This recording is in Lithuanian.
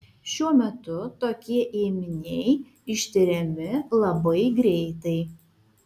šiuo metu tokie ėminiai ištiriami labai greitai